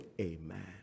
amen